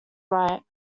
right